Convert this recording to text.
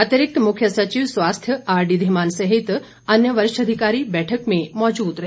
अतिरिक्त मुख्य सचिव स्वास्थ्य आर डी धीमान सहित अन्य वरिष्ठ अधिकारी बैठक में मौजूद रहे